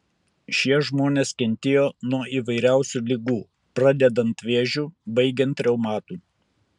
šie žmonės kentėjo nuo įvairiausių ligų pradedant vėžiu baigiant reumatu